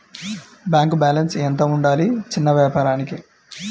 Bank balance ఎంత ఉండాలి చిన్న వ్యాపారానికి?